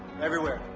everywhere.